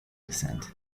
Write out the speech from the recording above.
descent